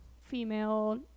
female